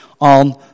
on